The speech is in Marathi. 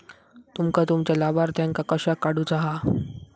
तुमका तुमच्या लाभार्थ्यांका कशाक काढुचा हा?